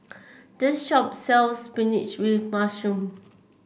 this shop sells spinach with mushroom